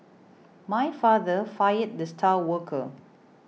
my father fired the star worker